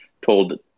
told